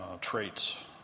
traits